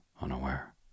unaware